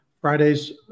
Friday's